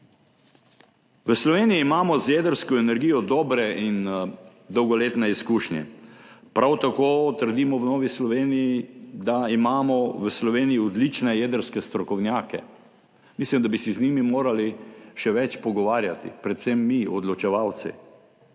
V Sloveniji imamo z jedrsko energijo dobre in dolgoletne izkušnje. Prav tako v Novi Sloveniji trdimo, da imamo v Sloveniji odlične jedrske strokovnjake. Mislim, da bi se z njimi morali še več pogovarjati, predvsem mi, odločevalci.